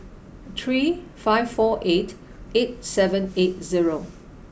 three five four eight eight seven eight zero